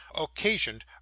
occasioned